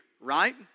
right